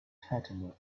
fatima